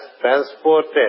transported